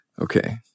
Okay